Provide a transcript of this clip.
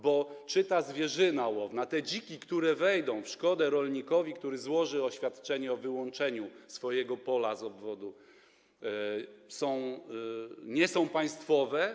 Bo czy ta zwierzyna łowna, te dziki, które wejdą w szkodę rolnikowi, który złoży oświadczenie o wyłączeniu swojego pola z obwodu, nie są państwowe?